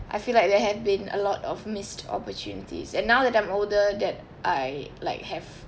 I feel like there have been a lot of missed opportunities and now that I'm older that I like have